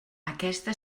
aquesta